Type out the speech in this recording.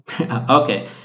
Okay